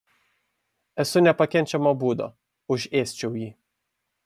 esu nepakenčiamo būdo užėsčiau jį